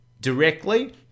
directly